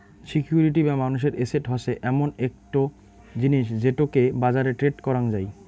security বা মানুষের asset হসে এমন একটো জিনিস যেটোকে বাজারে ট্রেড করাং যাই